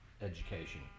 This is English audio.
Education